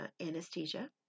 anesthesia